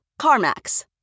CarMax